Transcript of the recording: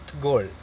goal